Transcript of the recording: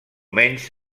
menys